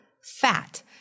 fat